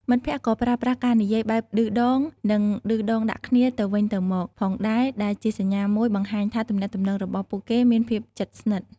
មិត្តភក្តិក៏ប្រើប្រាស់ការនិយាយបែបឌឺដងនិងឌឺដងដាក់គ្នាទៅវិញទៅមកផងដែរ ដែលជាសញ្ញាមួយបង្ហាញថាទំនាក់ទំនងរបស់ពួកគេមានភាពជិតស្និទ្ធ។